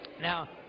now